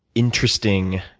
interesting,